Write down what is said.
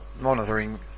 monitoring